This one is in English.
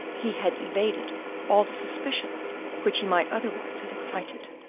he had evaded all the suspicions which he might otherwise have excited.